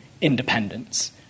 independence